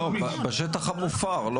לא, בשטח המופר לא